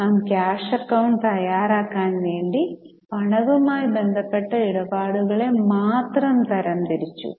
നാം cash account തയ്യാറാക്കാൻ വേണ്ടി പണവുമായി ബന്ധപ്പെട്ട ഇടപാടുകളെ മാത്രം തരംതിരിച്ചു